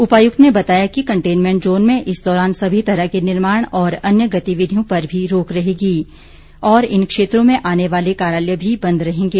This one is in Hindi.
उपायुक्त ने बताया कि कंटेनमेंट जोन में इस दौरान सभी तरह के निर्माण और अन्य गतिविधियों पर भी रोक रहेगी और इन क्षेत्रों में आने वाले कार्यालय भी बंद रहेंगें